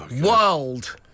World